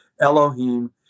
Elohim